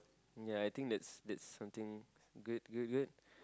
ya I think that's that's something good good good